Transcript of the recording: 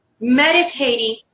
Meditating